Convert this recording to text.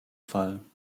fall